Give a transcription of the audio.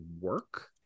work